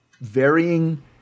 varying